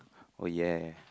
oh ya